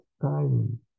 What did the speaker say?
time